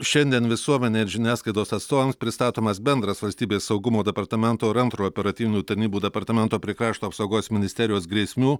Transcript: šiandien visuomenei ir žiniasklaidos atstovams pristatomas bendras valstybės saugumo departamento ir antrojo operatyvinių tarnybų departamento prie krašto apsaugos ministerijos grėsmių